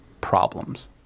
problems